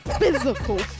physical